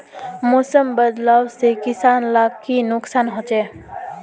मौसम बदलाव से किसान लाक की नुकसान होचे?